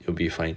it'll be fine